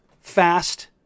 fast